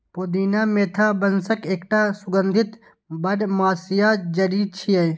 पुदीना मेंथा वंशक एकटा सुगंधित बरमसिया जड़ी छियै